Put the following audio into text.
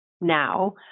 now